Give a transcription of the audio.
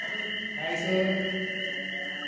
Mysore